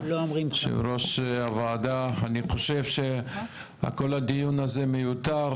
יו"ר הוועדה אני חושב שכל הדיון הזה מיותר,